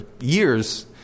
years